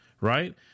right